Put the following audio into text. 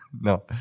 no